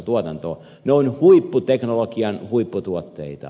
ne ovat huipputeknologian huipputuotteita